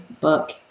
book